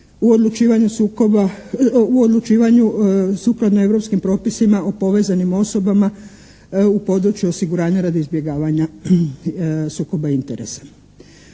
u odlučivanju sukladno europskih propisima o povezanim osobama u području osiguranja radi izbjegavanja sukoba interesa.